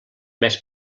més